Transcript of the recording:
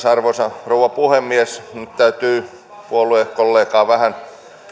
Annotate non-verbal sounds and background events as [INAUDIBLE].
[UNINTELLIGIBLE] arvoisa rouva puhemies nyt täytyy puoluekollegaa vähän